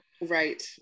Right